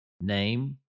Name